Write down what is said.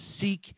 seek